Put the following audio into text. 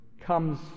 comes